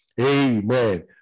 Amen